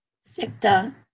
sector